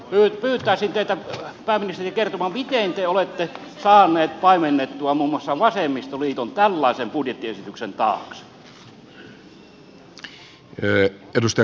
pyytäisin teitä pääministeri kertomaan miten te olette saanut paimennettua muun muassa vasemmistoliiton tällaisen budjettiesityksen taakse